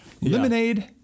Lemonade